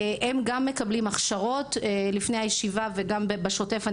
הם גם מקבלים הכשרות לפני הישיבה וגם בשוטף.